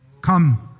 come